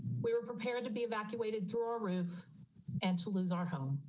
we were prepared to be evacuated through our roof and to lose our home.